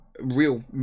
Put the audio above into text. real